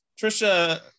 Trisha